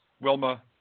Wilma